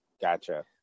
Gotcha